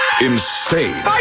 Insane